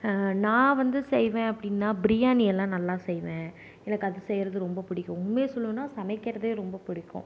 நான் வந்து செய்வேன் அப்படின்னா பிரியாணியெல்லாம் வந்து நல்லா செய்வேன் எனக்கு அது செய்கிறது ரொம்ப பிடிக்கும் உண்மையை சொல்லணும்னால் சமைக்கிறதே வந்து ரொம்ப பிடிக்கும்